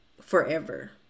forever